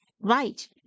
right